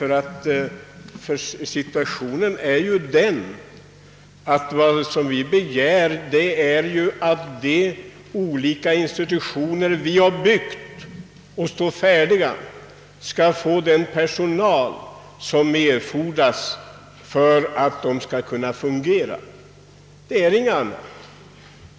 Vad vi motionärer nu begär är att de institutioner som byggts och står färdiga skall få den personal som behövs för att de skall kunna fungera.